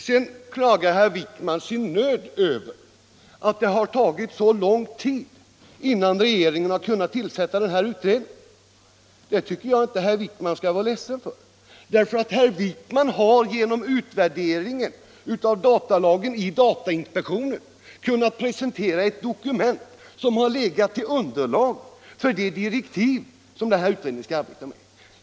|: Herr Wijkman klagar sin nöd och säger att det tagit lång tid innan regeringen kunnat tillsätta utredningen. Det tycker jag inte herr Wijkman skall vara ledsen för, därför att herr Wijkman har genom utvärderingen av datalagen i datainspektionen kunnat presentera ett dokument, vilket har legat som underlag för de direktiv utredningen skall arbeta efter.